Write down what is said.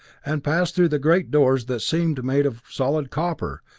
and passed through the great doors that seemed made of solid copper,